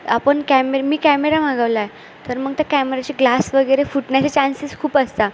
आपण कॅमे मी कॅमेरा मागवला आहे तर मग त्या कॅमेराचे ग्लास वगैरे फुटण्याचे चान्सेस खूप असता